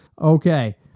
okay